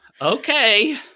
okay